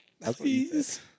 Please